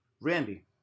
Randy